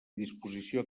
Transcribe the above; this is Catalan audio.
disposició